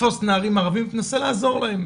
תפוס נערים ערבים ותנסה לעזור להם,